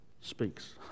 speaks